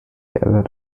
gathered